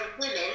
women